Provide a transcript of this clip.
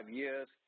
years